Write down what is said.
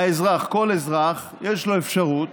האזרח, כל אזרח, יש לו אפשרות